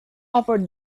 over